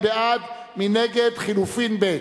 מי בעד ומי נגד לחלופין ב'